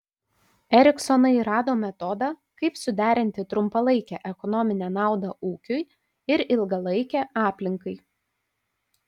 eriksonai rado metodą kaip suderinti trumpalaikę ekonominę naudą ūkiui ir ilgalaikę aplinkai